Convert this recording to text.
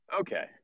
Okay